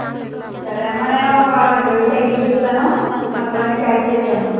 సరే అమ్మా నేను ఒక రెండు వేలు తగ్గించి ఇస్తాను మొత్తం అన్నీ ప్యాక్ చేసేయి అమ్మా